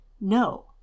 No